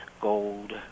gold